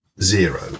zero